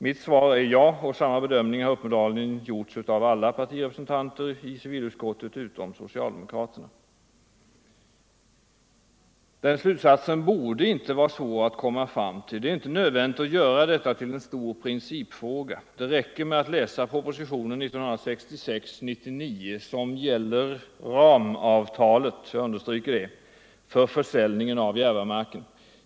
Mitt svar är ja, och samma bedömning har uppenbarligen gjorts av alla partirepresen Den slutsatsen borde inte vara svår att komma fram till. Det är inte nödvändigt att göra detta till en stor principfråga, det räcker att läsa propositionen 1966:99 som gäller ramavtalet för försäljningen av Järvamarken.